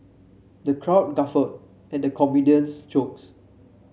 the crowd guffawed at the comedian's jokes